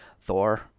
Thor